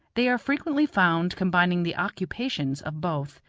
they are frequently found combining the occupations of both,